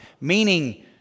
Meaning